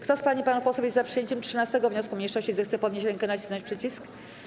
Kto z pań i panów posłów jest za przyjęciem 13. wniosku mniejszości, zechce podnieść rękę i nacisnąć przycisk.